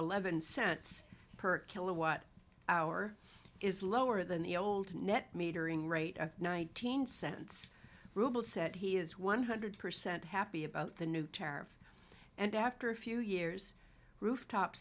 eleven cents per kilowatt hour is lower than the old net metering rate of nineteen cents rouble said he is one hundred percent happy about the new tariff and after a few years rooftop